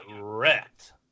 wrecked